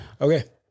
Okay